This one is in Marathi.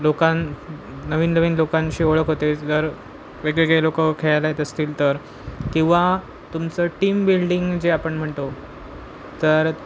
लोकां नवीन नवीन लोकांशी ओळख होते जर वेगवेगळे लोकं खेळायला येत असतील तर किंवा तुमचं टीम बिल्डिंग जे आपण म्हणतो तर